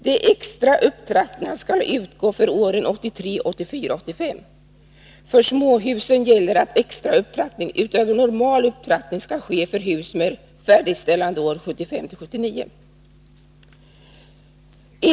De extra upptrappningarna skall utgå för åren 1983, 1984 och 1985. För småhusen gäller att extra upptrappning utöver normal upptrappning skall ske för hus med färdigställandeår 1975-1979.